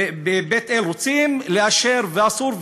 בבית-אל, ורוצים לאשר, ואסור.